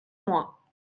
moi